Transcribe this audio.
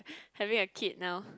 having a kid now